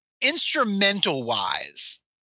Instrumental-wise